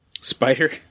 Spider